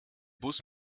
bus